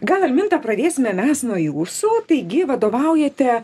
gal alminta pradėsime mes nuo jūsų taigi vadovaujate